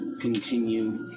Continue